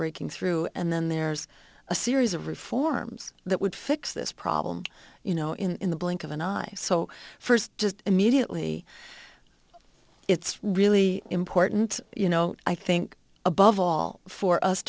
breaking through and then there's a series of reforms that would fix this problem you know in the blink of an eye so first just immediately it's really important you know i think above all for us